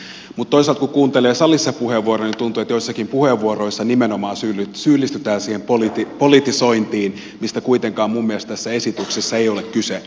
mutta toisaalta kun kuuntelee salissa puheenvuoroja tuntuu että joissakin puheenvuoroissa nimenomaan syyllistytään siihen politisointiin mistä kuitenkaan minun mielestäni tässä esityksessä ei ole kyse